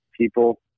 people